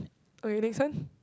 okay next one